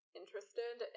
interested